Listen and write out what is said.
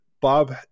Bob